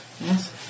Yes